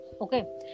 Okay